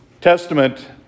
testament